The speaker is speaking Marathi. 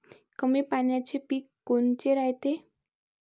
कमी पाण्याचे पीक कोनचे रायते?